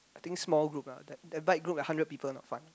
I think small group lah that that bike group had hundred people not fun